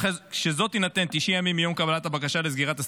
המפקח להתייעץ עם ועדת הרישיונות,